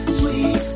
sweet